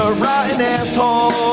ah rotten asshole.